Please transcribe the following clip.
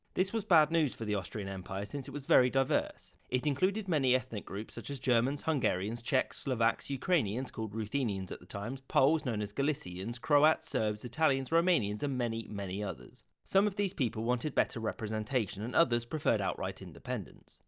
this was bad news for the austrian empire, since it was very diverse. it included many ethnic groups such as germans, hungarias, czecks, slovaks, ukrainians called ruthenians at the times poles known as galicians, croats serbs, italians, romanians and many, many others. some of these people wanted better representation, and others preferred outright independence.